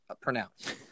pronounce